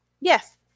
Yes